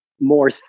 more